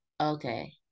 okay